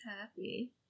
happy